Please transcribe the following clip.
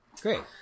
Great